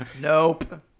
Nope